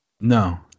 No